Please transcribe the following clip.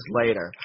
later